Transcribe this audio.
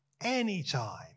anytime